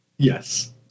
Yes